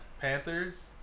panthers